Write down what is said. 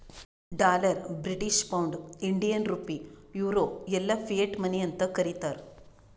dollar, British pound, Indian rupee, euro ಎಲ್ಲಾ fiat money ಅಂತ್ ಕರೀತಾರ